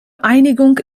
einigung